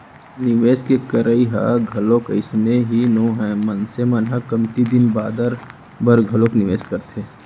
निवेस के करई ह घलोक अइसने ही नोहय मनसे मन ह कमती दिन बादर बर घलोक निवेस करथे